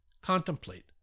contemplate